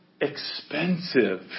expensive